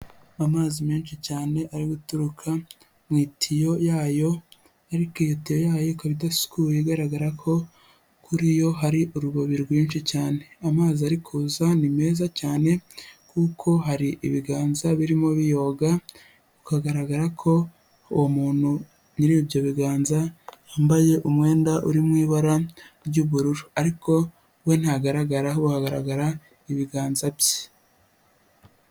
Amazi menshi cyane ari guturuka mu itiyo yayo ariko iyo tiyo yayo ikaba idasukuye igaragara ko kuri yo hari urubobi rwinshi cyane amazi, hari kuza ni meza cyane kuko hari ibiganza birimo biyoga bikagaragara ko uwo muntu nyiribyo biganza yambaye umwenda uri mu ibara ry'ubururu ariko we ntagaragaraho, hagaragara ibiganza bye.